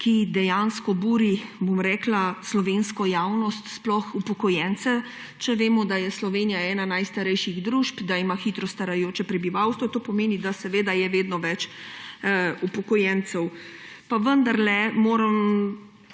ki dejansko buri slovensko javnost, sploh upokojence. Če vemo, da je Slovenija ena najstarejših družb, da ima hitro starajoče prebivalstvo, to pomeni, da je seveda vedno več upokojencev. Pa vendarle moram